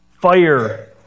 fire